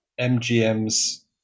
MGM's